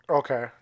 okay